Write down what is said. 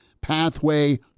pathway